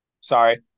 sorry